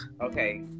Okay